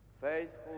faithful